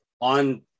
On